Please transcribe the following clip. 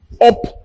up